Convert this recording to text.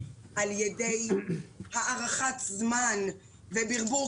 על-ידי הארכת זמן וברבור.